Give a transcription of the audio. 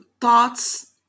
thoughts